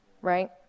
right